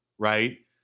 Right